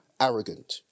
arrogant